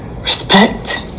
respect